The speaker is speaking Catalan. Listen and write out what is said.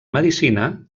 medicina